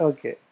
Okay